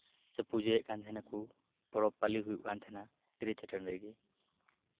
ᱥᱮ ᱯᱩᱡᱟᱹᱭᱮᱫ ᱠᱟᱱ ᱛᱟᱦᱮ ᱱᱟᱠᱚ ᱯᱚᱨᱚᱵᱽ ᱯᱟᱹᱞᱤ ᱦᱩᱭᱩᱜ ᱠᱟᱱ ᱛᱟᱦᱮᱱᱟ ᱫᱷᱤᱨᱤ ᱪᱟᱹᱴᱟᱹᱱᱤ ᱨᱮᱜᱮ